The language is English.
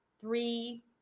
three